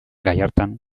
gallartan